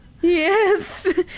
yes